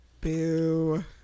Boo